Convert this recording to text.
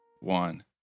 one